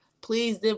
please